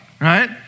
Right